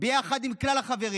ביחד עם כלל החברים?